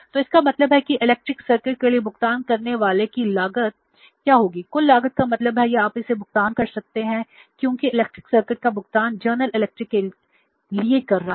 तो इसका मतलब है कि इलेक्ट्रिक सर्किट के लिए कर रहा है